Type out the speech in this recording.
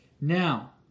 Now